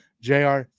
jr